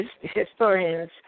historians